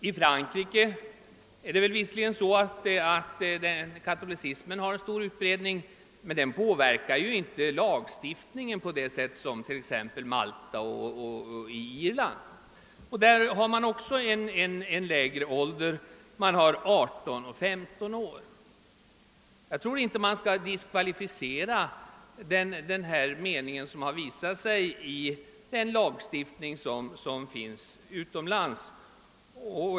I Frankrike har visserligen katolicismen stor utbredning, men den påverkar inte lagstiftningen på samma sätt som på Malta och i Irland. Också i Frankrike är giftasåldern lägre än i Sverige — 18 respektive 15 år. Jag tror inte att man skall diskvalificera den mening som kommit till uttryck i den lagstiftning som finns utomlands.